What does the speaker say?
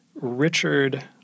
Richard